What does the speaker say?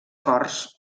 cors